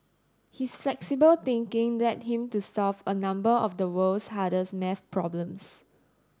his flexible thinking led him to solve a number of the world's hardest maths problems